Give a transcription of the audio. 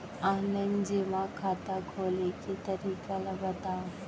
Online जेमा खाता खोले के तरीका ल बतावव?